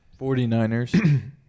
49ers